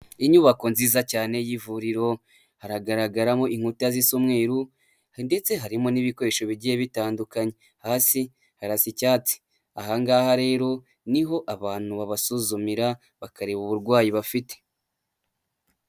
Inyubako nziza cyane y'ivuriro haragaragaramo inkuta zisa umweru ndetse harimo n'ibikoresho bigiye bitandukanye. Hasi harata icyatsi, ahangaha rero ni ho abantu babasuzumira bakareba uburwayi bafite.